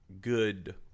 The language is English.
good